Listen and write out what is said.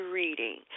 reading